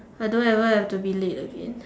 so I don't ever have to be late again